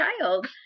child